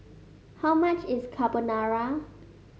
how much is Carbonara